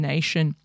Nation